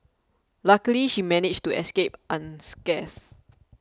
luckily she managed to escape unscathed